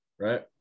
Right